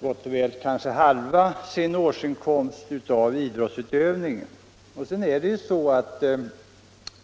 gott och väl halva sin årsinkomst av idrottsutövningen.